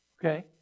Okay